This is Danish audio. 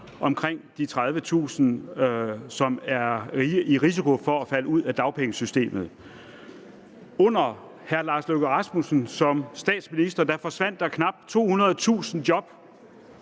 for de 30.000, som er i risiko for at falde ud af dagpengesystemet. Under hr. Lars Løkke Rasmussen som statsminister forsvandt der knap 200.000 job